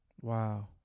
Wow